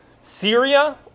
Syria